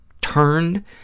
turned